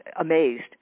amazed